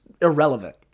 irrelevant